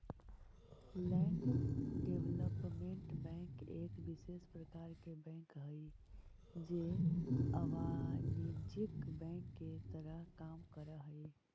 land development bank एक विशेष प्रकार के बैंक हइ जे अवाणिज्यिक बैंक के तरह काम करऽ हइ